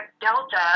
Delta